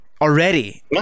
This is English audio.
already